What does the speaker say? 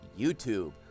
YouTube